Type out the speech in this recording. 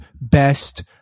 best